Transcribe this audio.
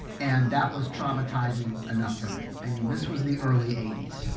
and that was traumatizing enough for me. i mean, this was the early eighty s.